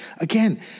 Again